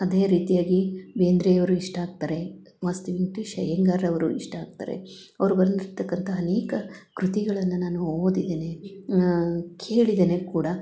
ಅದೇ ರೀತಿಯಾಗಿ ಬೇಂದ್ರೆಯವರು ಇಷ್ಟ ಆಗ್ತಾರೆ ಮಾಸ್ತಿ ವೆಂಕಟೇಶ್ ಅಯ್ಯಂಗಾರವರು ಇಷ್ಟ ಆಗ್ತಾರೆ ಅವರು ಬರೆದಿರ್ರ್ತಕ್ಕಂತ ಅನೇಕ ಕೃತಿಗಳನ್ನು ನಾನು ಓದಿದ್ದೇನೆ ಕೇಳಿದ್ದೇನೆ ಕೂಡ